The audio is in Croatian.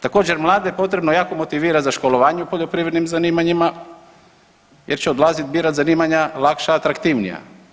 Također, mlade je potrebno jako motivirati za školovanje u poljoprivrednim zanimanjima jer će odlaziti birati zanimanja lakša, atraktivnija.